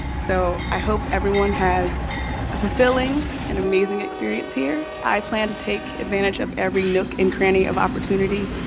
so i hope everyone has a fulfilling and amazing experience here. i plan to take advantage of every nook and cranny of opportunity,